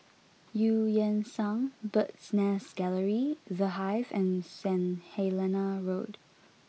Eu Yan Sang Bird's Nest Gallery The Hive and Saint Helena Road